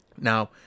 Now